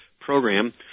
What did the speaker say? program